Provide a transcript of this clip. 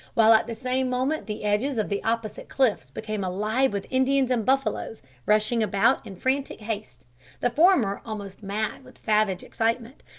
while at the same moment the edges of the opposite cliffs became alive with indians and buffaloes rushing about in frantic haste the former almost mad with savage excitement,